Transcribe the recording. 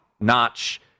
Notch